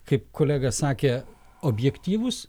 kaip kolega sakė objektyvūs